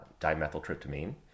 dimethyltryptamine